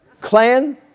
clan